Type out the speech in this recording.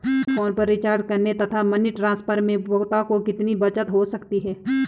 Phone पर recharge करने तथा मनी ट्रांसफर में उपभोक्ता को कितनी बचत हो सकती है?